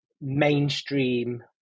mainstream